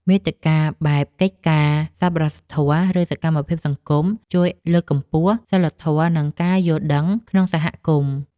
មាតិកាបែបកិច្ចការងារសប្បុរសធម៌ ឬសកម្មភាពសង្គម ជួយលើកកម្ពស់សីលធម៌ និងការយល់ដឹងក្នុងសហគមន៍។